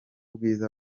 bwiza